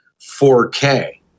4K